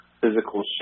physical